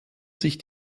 sich